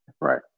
Right